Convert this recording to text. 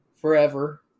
forever